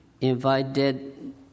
invited